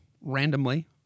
randomly